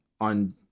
on